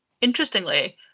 Interestingly